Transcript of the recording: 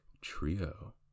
trio